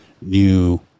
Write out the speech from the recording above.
new